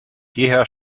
jeher